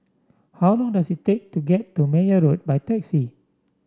how long does it take to get to Meyer Road by taxi